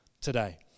today